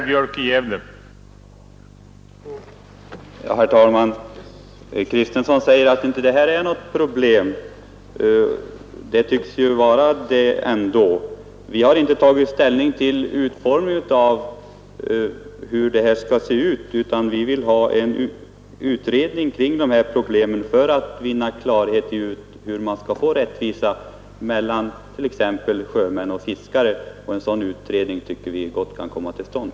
Herr talman! Herr Kristenson säger att detta inte är något problem, men det tycks det ju ändå vara. Vi har inte tagit ställning till utformningen av en kommande beskattning, utan vi vill bara ha en utredning kring dessa problem för att vinna klarhet i hur man skall uppnå rättvisa mellan t.ex. sjömän och fiskare i beskattningshänseende. En sådan utredning tycker vi gott kan komma till stånd.